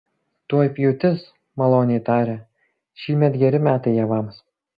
tuoj pjūtis maloniai tarė šįmet geri metai javams